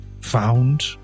found